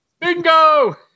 Bingo